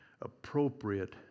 appropriate